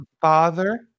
Father